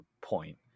point